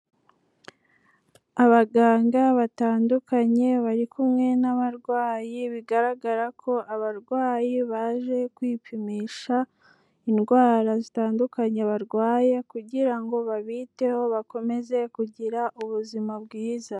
Abaganga batandukanye bari kumwe n'abarwayi, bigaragara ko abarwayi baje kwipimisha indwara zitandukanye barwaye kugira ngo babiteho bakomeze kugira ubuzima bwiza.